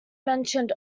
mentioned